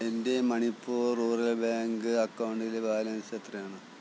എൻ്റെ Manipur rural bank അക്കൗണ്ടിലെ balance എത്രയാണ്